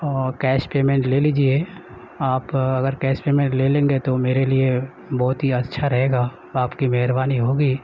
cash payment لے لیجیے آپ اگر کیش پیمینٹ لے لیں گے تو میرے لیے بہت ہی اچھا رہے گا آپ کی مہربانی ہوگی